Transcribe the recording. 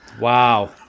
Wow